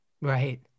right